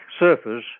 surfers